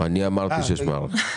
אני אמרתי שיש מערכת.